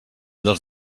dels